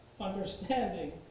understanding